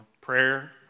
Prayer